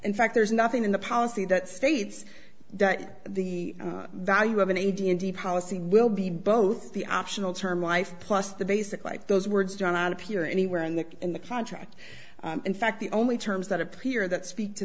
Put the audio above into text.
in fact there's nothing in the policy that states that the value of an a d n d policy will be both the optional term life plus the basic like those words turn out appear anywhere in the in the contract in fact the only terms that appear that speak to